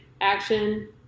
action